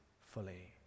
fully